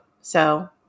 So-